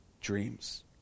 dreams